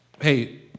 hey